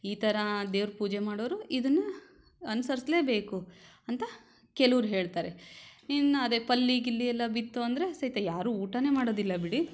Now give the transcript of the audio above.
ಈ ಥರ ದೇವ್ರ ಪೂಜೆ ಮಾಡೋರು ಇದನ್ನು ಅನುಸರ್ಸ್ಲೇಬೇಕು ಅಂತ ಕೆಲವ್ರು ಹೇಳ್ತಾರೆ ಇನ್ನು ಅದೇ ಪಲ್ಲಿ ಗಿಲ್ಲಿಯೆಲ್ಲ ಬಿತ್ತು ಅಂದರೆ ಸಹಿತ ಯಾರೂ ಊಟನೇ ಮಾಡೋದಿಲ್ಲ ಬಿಡಿ